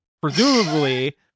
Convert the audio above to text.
Presumably